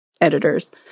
editors